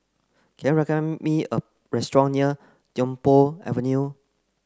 can you me a restaurant near Tiong Poh Avenue